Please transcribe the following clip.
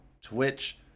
Twitch